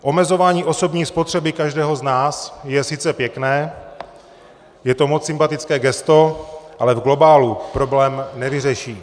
Omezování osobní spotřeby každého z nás je sice pěkné, je to moc sympatické gesto, ale v globálu problém nevyřeší.